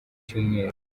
cyumweru